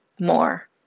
more